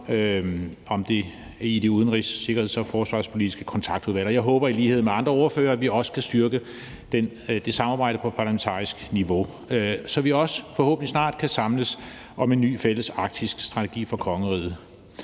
herunder i det Udenrigs- Sikkerheds- og Forsvarspolitiske Kontaktudvalg. Og jeg håber i lighed med andre ordførere, at vi også kan styrke det samarbejde på parlamentarisk niveau, så vi også forhåbentlig snart kan samles om en ny fælles arktisk strategi for kongeriget.